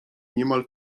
niemal